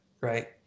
Right